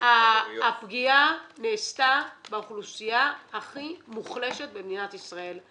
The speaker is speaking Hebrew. הפגיעה נעשתה באוכלוסייה הכי מוחלשת במדינת ישראל,